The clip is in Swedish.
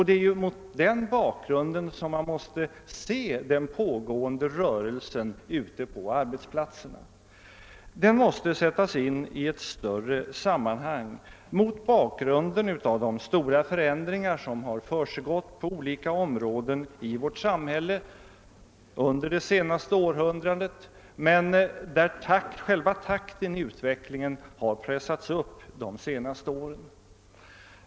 Det är mot den bakgrunden man måste se den pågående rörelsen ute på arbetsplatserna. Den måste sättas in i ett större sammanhang med hänsyn till de stora förändringar som har ägt rum på olika områden i vårt samhälle under det senaste århundradet. Själva takten i utvecklingen har emellertid pressats upp de senaste åren.